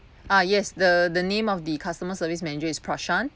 ah yes the the name of the customer service manager is prashan